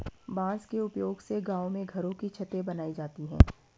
बांस के उपयोग से गांव में घरों की छतें बनाई जाती है